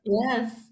Yes